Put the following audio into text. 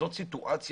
זה מצב